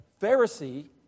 Pharisee